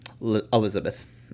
Elizabeth